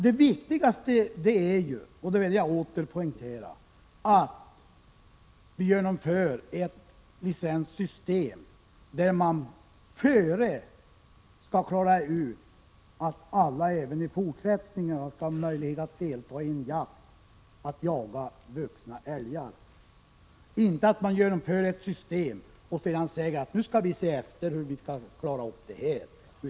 Jag vill poängtera att det viktigaste är att vi genomför ett licenssystem, där man i förväg klarar ut att alla även i fortsättningen skall ha möjlighet att jaga vuxna älgar, inte att vi genomför ett system och sedan säger att man skall se efter hur man skall lösa detta.